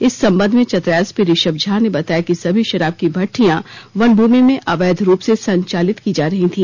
इस संबंध में चतरा एसपी ऋषभ झा ने बताया कि सभी शराब की भट्टियां वन भूमि में अवैध रूप से संचालित की जा रही थी